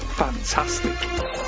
Fantastic